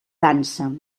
dansa